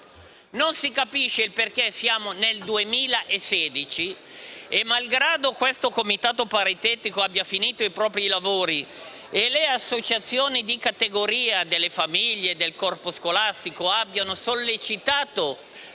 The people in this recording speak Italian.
non si capisce però perché, nel 2016, malgrado questo Comitato paritetico abbia concluso i propri lavori e malgrado le associazioni di categoria, sia delle famiglie che del corpo scolastico, abbiano sollecitato